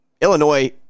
Illinois